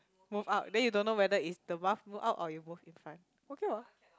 move up then you don't know whether is the bus move up or you move in front okay !wow!